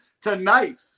Tonight